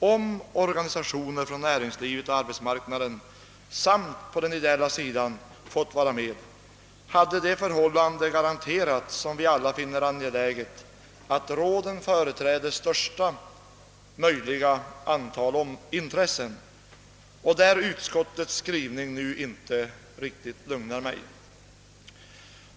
Om organisationer från näringslivet och arbetsmarknaden samt från den ideella sidan fått vara med, hade garanterats — vilket vi alla finner angeläget — att råden företräder största möjliga antal intresseriktningar. På denna punkt har utskottets skrivning inte lugnat mig riktigt.